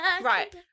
Right